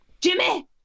Jimmy